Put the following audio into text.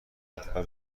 داره